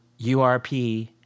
urp